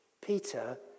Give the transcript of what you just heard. Peter